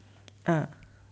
ah